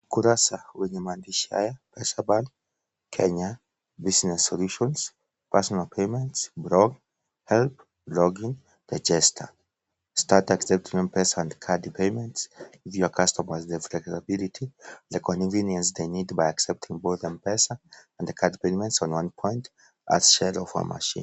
Ukurasa wenye maandishi haya Pesapal Kenya, Business Solutions, Personal Payments, Blog, Help, Login, Register start accepting Mpesa and cards payments, give your customers flexibility and convinience they need by accepting both Mpesa and card payments on one point a sale of machine .